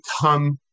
come